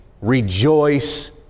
Rejoice